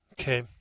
Okay